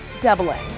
doubling